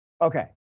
Okay